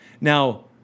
Now